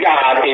God